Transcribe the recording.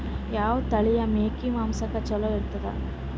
ಯಾವ ತಳಿಯ ಮೇಕಿ ಮಾಂಸಕ್ಕ ಚಲೋ ಇರ್ತದ?